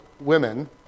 women